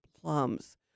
plums